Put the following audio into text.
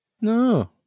No